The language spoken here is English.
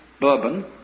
bourbon